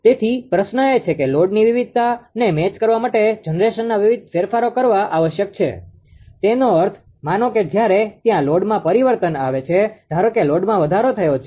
તેથી પ્રશ્ન એ છે કે લોડની વિવિધતાને મેચ કરવા માટે જનરેશનના ફેરફારો કરવા આવશ્યક છે તેનો અર્થ માનો કે જયારે ત્યાં લોડમાં પરિવર્તન આવે છે ધારો કે લોડમાં વધારો થયો છે